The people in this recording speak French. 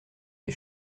les